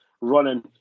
running